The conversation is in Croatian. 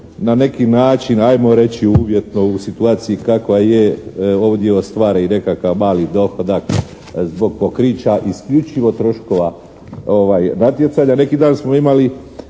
na neki način ajmo reći uvjetno u situaciji kakva je ovdje ostvare i nekakav mali dohodak zbog pokrića isključivo troškova natjecanja. Neki dan smo imali